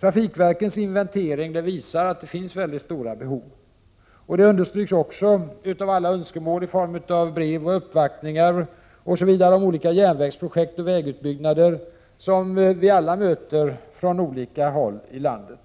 Trafikverkens inventering visar att det finns stora behov. Detta understryks också av alla önskemål i form av brev och uppvaktningar om olika järnvägsprojekt och vägutbyggnader som vi möter från olika håll i landet.